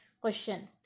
Question